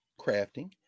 crafting